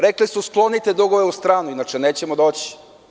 Rekli su sklonite dugove u stranu, inače nećemo doći.